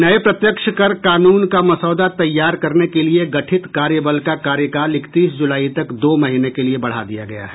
नये प्रत्यक्ष कर कानून का मसौदा तैयार करने के लिए गठित कार्यबल का कार्यकाल इकतीस जुलाई तक दो महीने के लिए बढ़ा दिया गया है